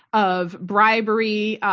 of bribery.